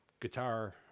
guitar